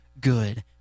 good